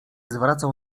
zwracał